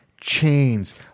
Chains